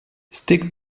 stick